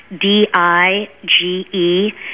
D-I-G-E